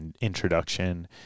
introduction